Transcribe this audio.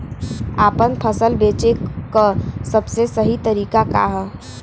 आपन फसल बेचे क सबसे सही तरीका का ह?